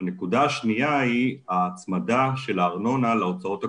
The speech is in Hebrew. הנקודה השנייה היא ההצמדה של הארנונה להוצאות הקבועות.